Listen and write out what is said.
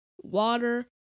water